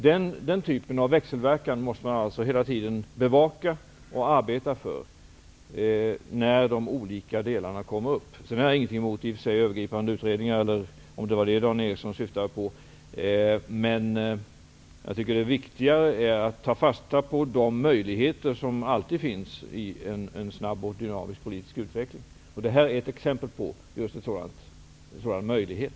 Den typen av växelverkan måste man alltså hela tiden bevaka och arbeta för när de olika delarna kommer upp. I och för sig har jag inget emot övergripande utredningar -- om det nu var det Dan Ericsson syftade på. Det viktiga är att vi tar fasta på de möjligheter som alltid finns i en snabb och dynamisk politisk utveckling. Det här är ett exempel på just en sådan möjlighet.